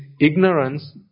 ignorance